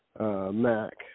MAC